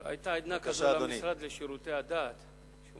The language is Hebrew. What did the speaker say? היתה עדנה למשרד לשירותי הדת כאשר הוא